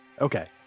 okay